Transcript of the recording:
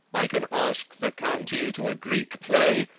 i can ask the county to a greek play,